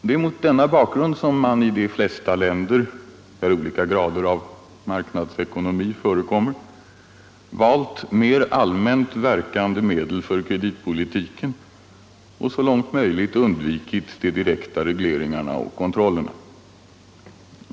Det är mot den bakgrunden som man i de flesta länder, där olika grader av marknadsekonomi förekommer, valt mer allmänt verkande medel för kreditpolitiken och så långt möjligt undvikit de direkta regleringarna och kontrollerna.